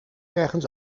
ergens